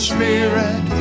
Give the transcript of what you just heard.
Spirit